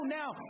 now